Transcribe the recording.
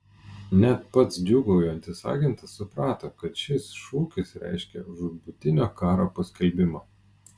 net pats džiūgaujantis agentas suprato kad šis šūkis reiškia žūtbūtinio karo paskelbimą